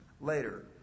later